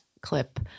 clip